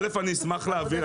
אני אשמח להעביר.